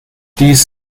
dies